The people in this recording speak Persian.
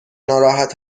ناراحت